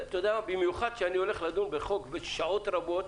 במיוחד שאני הולך לדון בחוק שעות רבות,